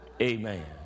Amen